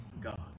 God